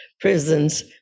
prisons